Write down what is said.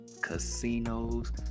casinos